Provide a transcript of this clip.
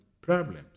problems